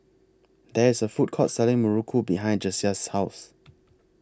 There IS A Food Court Selling Muruku behind Jasiah's House